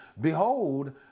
behold